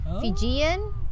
Fijian